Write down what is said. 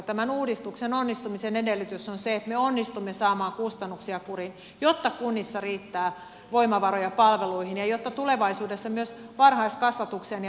tämän uudistuksen onnistumisen edellytys on se että me onnistumme saamaan kustannuksia kuriin jotta kunnissa riittää voimavaroja palveluihin ja jotta tulevaisuudessa myös varhaiskasvatukseen ja perusopetukseen on rahaa